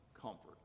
comfort